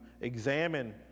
examine